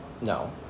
No